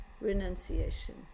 renunciation